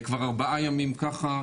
כבר ארבעה ימים ככה.